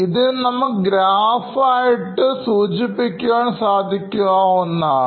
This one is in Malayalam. ഇതിനെ നമുക്ക് ഗ്രാഫ് ആയിട്ട് സൂചിപ്പിക്കുവാൻസാധിക്കുന്നതാണ്